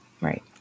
Right